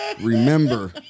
Remember